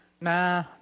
Nah